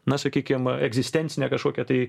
na sakykim egzistencinę kažkokią tai